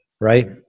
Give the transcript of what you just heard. Right